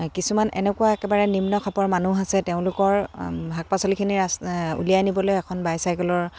কিছুমান এনেকুৱা একেবাৰে নিম্ন খাপৰ মানুহ আছে তেওঁলোকৰ শাক পাচলিখিনি ৰাচ উলিয়াই নিবলৈ এখন বাইচাইকেলৰ